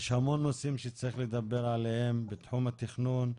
יש המון נושאים שצריך לדבר עליהם בתחום התכנון.